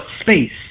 space